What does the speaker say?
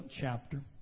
chapter